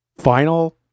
Final